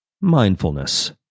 Mindfulness